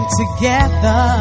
together